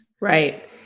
Right